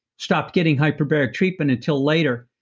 stopped getting hyperbaric treatment until later,